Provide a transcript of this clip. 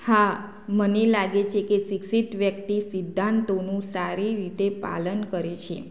હા મને લાગે છે કે શિક્ષિત વ્યક્તિ સિદ્ધાંતોનું સારી રીતે પાલન કરે છે